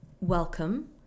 Welcome